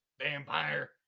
vampire